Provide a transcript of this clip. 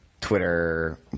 twitter